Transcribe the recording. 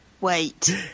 wait